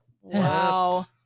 wow